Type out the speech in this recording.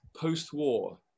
post-war